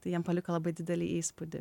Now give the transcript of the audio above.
tai jam paliko labai didelį įspūdį